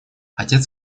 отец